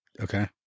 Okay